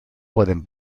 pueden